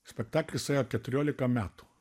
spektaklis ėjo keturiolika metų